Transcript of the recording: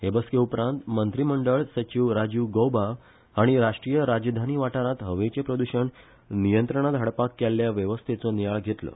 हे बसके उपरांत मंत्रीमंडळ सचिव राजीव गौबा हाणी राष्ट्रीय राजधानी वाठारांत हवेचें प्रद्षण नियंत्रणात हाडपाक केल्ल्या व्यवस्थेचो नियाळ घेतलो